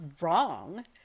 wrong